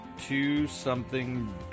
two-something